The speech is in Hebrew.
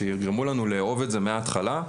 לאהוב את זה מההתחלה,